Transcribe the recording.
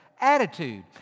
attitude